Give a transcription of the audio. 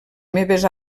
meves